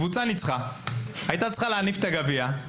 קבוצה ניצחה והיתה צריכה להניף את הגביע.